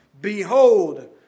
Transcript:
behold